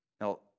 Now